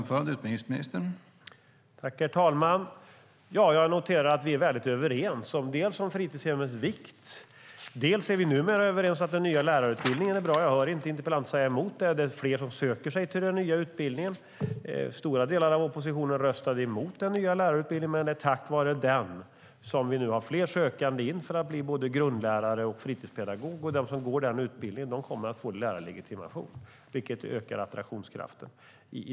Herr talman! Jag noterar att vi är väldigt överens, dels om fritidshemmens vikt, dels numera också om att den nya lärarutbildningen är bra - jag hör inte interpellanten säga emot det. Det är fler som söker sig till den nya utbildningen. Stora delar av oppositionen röstade emot den nya lärarutbildningen, men det är tack vare den som vi nu har fler sökande för att bli både grundlärare och fritidspedagog, och de som går den utbildningen kommer att få lärarlegitimation, vilket ökar attraktionskraften.